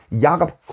Jakob